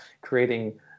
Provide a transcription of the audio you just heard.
creating